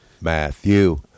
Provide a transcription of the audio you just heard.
Matthew